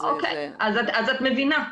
אז את מבינה.